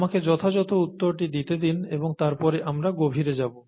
আমাকে যথাযথ উত্তরটি দিতে দিন এবং তারপরে আমরা গভীরে যাব